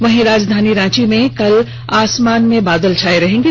वहीं राजधानी रांची में कल आसमान में बादल छाए रहेंगे